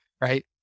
right